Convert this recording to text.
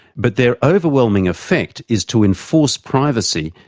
but their overwhelming effect is to enforce privacy,